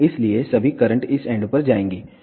इसलिए सभी करंट इस एंड पर जाएंगी